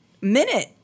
minute